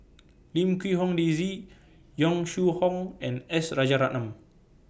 Lim Quee Hong Daisy Yong Shu Hoong and S Rajaratnam